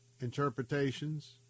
interpretations